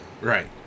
Right